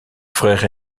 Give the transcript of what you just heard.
frère